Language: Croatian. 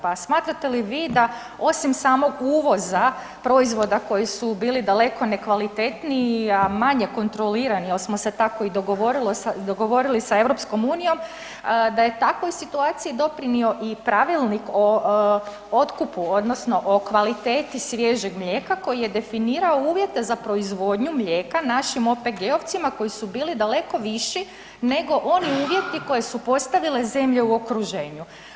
Pa smatrate li vi da osim samog uvoza proizvoda koji su bili daleko nekvalitetniji a manje kontrolirani jer smo se i tako dogovorili sa EU-om, da je takvoj situaciji doprinio i pravilnik o otkupu odnosno o kvalitetu svježeg mlijeka koji je definirao uvjete za proizvodnju mlijeka našim OPG-ovcima koji su bili daleko viši nego oni uvjeti koji su postavile zemlje u okruženju?